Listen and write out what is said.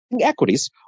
equities